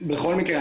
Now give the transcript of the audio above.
בכל מקרה,